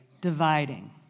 dividing